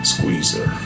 Squeezer